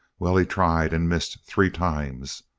well, he tried and missed three times.